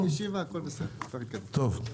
טוב.